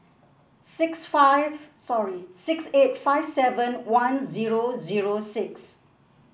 six five sorry six eight five seven one zero zero six